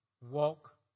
walk